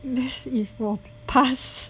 what if 我 pass